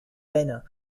peines